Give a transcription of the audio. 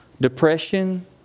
depression